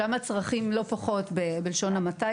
אבל שם הצרכים הם לא פחות, בלשון המעטה.